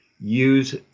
use